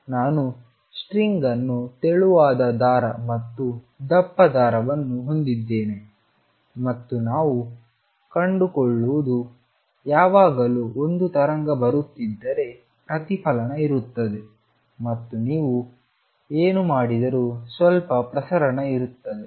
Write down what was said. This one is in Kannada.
ನಾನು ಸ್ಟ್ರಿಂಗ್ ಅನ್ನು ತೆಳುವಾದ ದಾರ ಮತ್ತು ದಪ್ಪ ದಾರವನ್ನು ಹೊಂದಿದ್ದೇನೆ ಮತ್ತು ನಾವು ಕಂಡುಕೊಳ್ಳುವುದು ಯಾವಾಗಲೂ ಒಂದು ತರಂಗ ಬರುತ್ತಿದ್ದರೆ ಪ್ರತಿಫಲನ ಇರುತ್ತದೆ ಮತ್ತು ನೀವು ಏನು ಮಾಡಿದರೂ ಸ್ವಲ್ಪ ಪ್ರಸರಣ ಇರುತ್ತದೆ